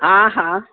हा हा